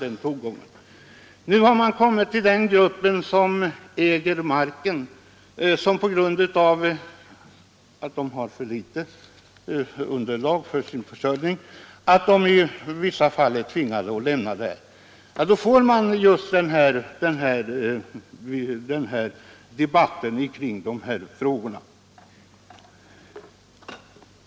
Nu har turen att lämna gårdarna kommit till den grupp som äger marken, eftersom de har för dåligt underlag för sin försörjning och i vissa fall tvingas att flytta. Därför uppstår det debatt kring de här frågorna.